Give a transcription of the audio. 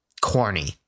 corny